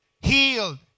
healed